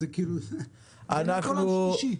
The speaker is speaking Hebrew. זה כאילו עולם שלישי.